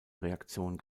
reaktion